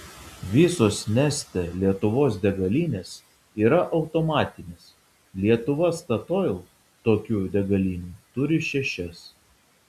visos neste lietuvos degalinės yra automatinės lietuva statoil tokių degalinių turi šešias